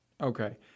Okay